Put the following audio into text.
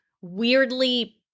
weirdly